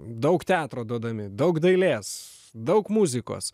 daug teatro duodami daug dailės daug muzikos